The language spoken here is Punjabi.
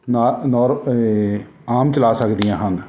ਨਾ ਨੋਰ ਆਮ ਚਲਾ ਸਕਦੀਆਂ ਹਨ